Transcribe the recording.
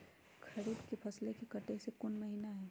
खरीफ के फसल के कटे के कोंन महिना हई?